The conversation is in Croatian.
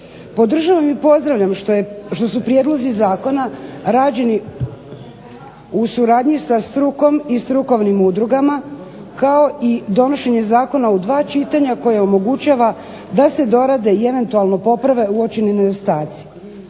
Podržavam i pozdravljam što su prijedlozi zakona rađeni u suradnji sa strukom i strukovnim udrugama kao i donošenje zakona u dva čitanja koje omogućava da se dorade i eventualno poprave uočeni nedostaci.